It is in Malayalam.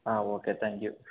ആ ഓക്കെ താങ്ക് യൂ